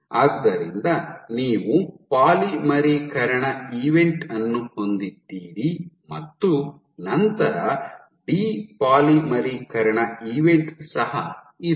ಆದ್ದರಿಂದ ನೀವು ಪಾಲಿಮರೀಕರಣ ಈವೆಂಟ್ ಅನ್ನು ಹೊಂದಿದ್ದೀರಿ ಮತ್ತು ನಂತರ ಡಿ ಪಾಲಿಮರೀಕರಣ ಈವೆಂಟ್ ಸಹ ಇದೆ